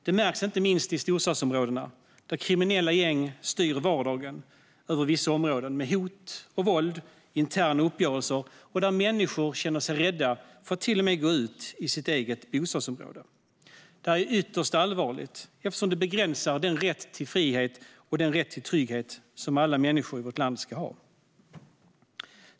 Det märks inte minst i storstadsområdena, där kriminella gäng styr vardagen i vissa områden med hot, våld och interna uppgörelser och där människor till och med känner sig rädda för att gå ut i sitt eget bostadsområde. Detta är ytterst allvarligt, eftersom det begränsar den rätt till frihet och trygghet som alla människor i vårt land ska ha.